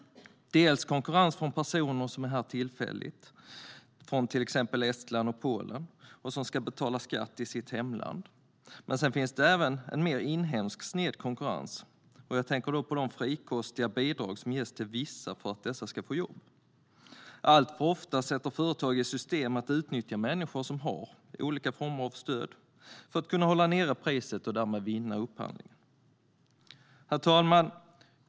Det handlar om konkurrens från personer som är här tillfälligt, från till exempel Estland och Polen och som ska betala skatt i sitt hemland. Men det handlar också om en mer inhemsk sned konkurrens. Jag tänker då på de frikostiga bidrag som ges till vissa för att dessa ska få jobb. Alltför ofta sätter företag i system att utnyttja människor som har olika former av stöd för att kunna hålla nere priset och därmed vinna upphandlingen. Herr talman!